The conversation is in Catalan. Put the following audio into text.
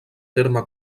terme